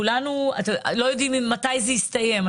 כולנו לא יודעים מתי היא תסתיים.